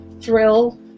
thrill